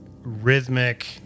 rhythmic